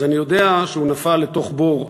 אז אני יודע שהוא נפל לתוך בור עמוק.